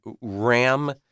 RAM